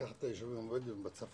לקחת את היישובים הבדואים בצפון,